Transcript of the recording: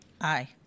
Aye